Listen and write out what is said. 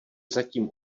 zatím